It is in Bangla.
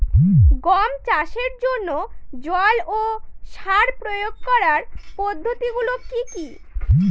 গম চাষের জন্যে জল ও সার প্রয়োগ করার পদ্ধতি গুলো কি কী?